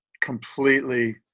completely